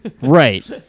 Right